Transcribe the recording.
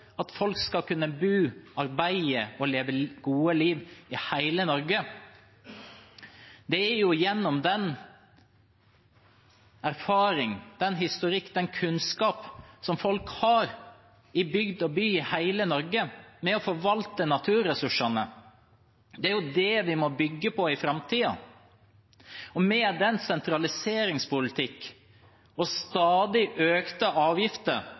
at det blir lagt til rette for at folk skal kunne bo, arbeide og leve et godt liv i hele Norge. Det er den erfaring, den historikk og den kunnskap som folk har i bygd og by i hele Norge med å forvalte naturressursene, vi må bygge på i framtiden. Med den sentraliseringspolitikk og de stadig økte avgifter